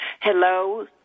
hello